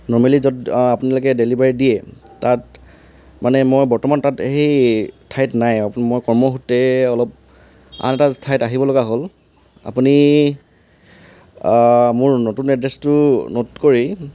normally য'ত আপোনালোকে delivery দিয়ে তাত মানে মই বৰ্তমান তাত সেই ঠাইত নাই মই কৰ্মসূত্ৰে অলপ আন এটা ঠাইত আহিব লগা হ'ল আপুনি মোৰ নতুন এড্ৰেছটো নোট কৰি